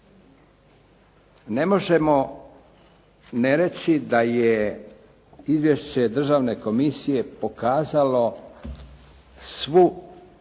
ne možemo ne reći da je Izvješće Državne komisije pokazalo svu